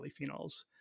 polyphenols